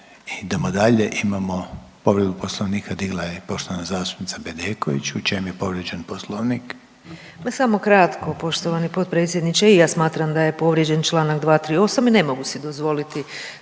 idemo dalje imamo povredu Poslovnika digla je i poštovana zastupnica Bedeković. U čem je povrijeđen Poslovnik? **Bedeković, Vesna (HDZ)** Pa samo kratko poštovani potpredsjedniče i ja smatram da je povrijeđen Članak 238. i ne mogu si dozvoliti